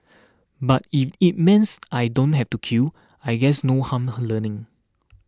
but if it means I don't have to queue I guess no harm her learning